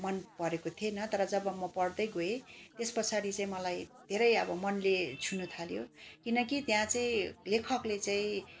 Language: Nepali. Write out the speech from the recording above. मनपरेको थिएन तर जब म पढ्दै गएँ त्यस पछाडि चाहिँ मलाई धेरै अब मनले छुनु थाल्यो किनकि त्यहाँ चाहिँ लेखकले चाहिँ